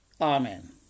Amen